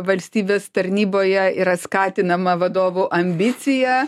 valstybės tarnyboje yra skatinama vadovų ambicija